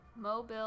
Mobile